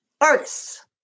artists